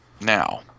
Now